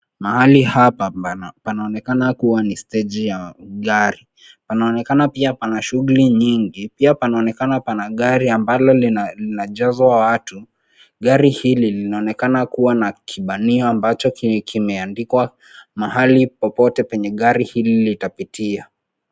Mahali hapa panaonekana kuwa ni steji ya gari, panaonekana pia pana shughuli mingi . Pia panaonekana pana gari ambalo linajazwa watu. Gari hili linaonekana kuwa na kibanio ambacho kimeandikwa mahali popote kwenye gari hili litapitia.